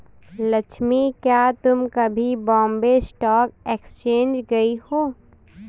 लक्ष्मी, क्या तुम कभी बॉम्बे स्टॉक एक्सचेंज गई हो?